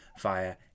via